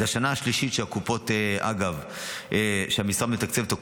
אגב, זו השנה השלישית שבה המשרד מתקצב את הקופות,